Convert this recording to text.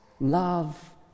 love